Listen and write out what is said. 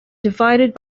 divided